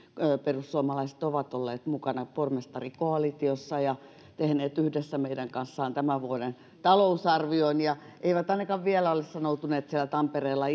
perussuomalaiset ovat olleet mukana pormestarikoalitiossa ja tehneet yhdessä meidän kanssamme tämän vuoden talousarvion ja eivät ainakaan vielä ole sanoutuneet siellä tampereella